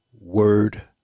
word